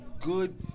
good